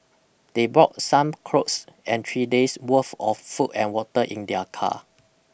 they brought some clothes and three days worth of food and water in their car